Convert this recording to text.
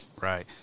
Right